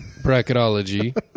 bracketology